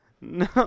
No